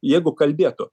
jeigu kalbėtų